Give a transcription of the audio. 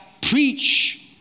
preach